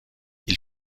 ils